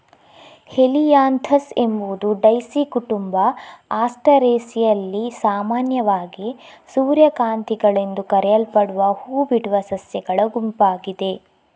Helianthus ಎಂಬುದು daisy ಕುಟುಂಬ ಆಸ್ಟರೇಸಿಯಲ್ಲಿ ಸಾಮಾನ್ಯವಾಗಿ ಸೂರ್ಯಕಾಂತಿಗಳೆಂದು ಕರೆಯಲ್ಪಡುವ ಹೂ ಬಿಡುವ ಸಸ್ಯಗಳ ಗುಂಪಾಗಿದೆ